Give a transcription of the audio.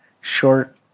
short